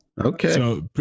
okay